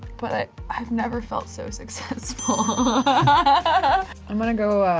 but i've never felt so successful. ah i'm gonna go